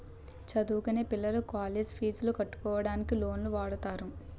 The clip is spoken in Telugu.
చదువుకొనే పిల్లలు కాలేజ్ పీజులు కట్టుకోవడానికి లోన్లు వాడుతారు